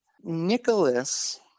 Nicholas